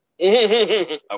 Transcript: Okay